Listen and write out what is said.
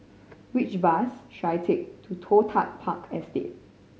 which bus should I take to Toh Tuck Park Estate